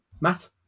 Matt